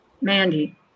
Mandy